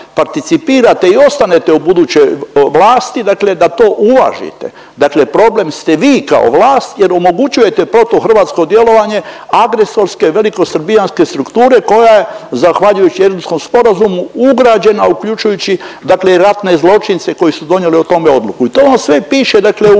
i ostanete u buduće vlasti dakle da to uvažite. Dakle problem ste vi kao vlast jer omogućujete protuhrvatsko djelovanje agresorske velikosrbijanske strukture koja je zahvaljujući Erdutskom sporazumu ugrađena uključujući dakle i ratne zločince koji su donijeli o tome odluku. I to vam sve piše dakle u